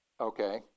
Okay